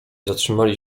zatrzymali